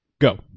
go